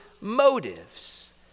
motives